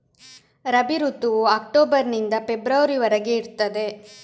ರಬಿ ಋತುವು ಅಕ್ಟೋಬರ್ ನಿಂದ ಫೆಬ್ರವರಿ ವರೆಗೆ ಇರ್ತದೆ